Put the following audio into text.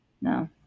No